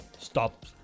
Stop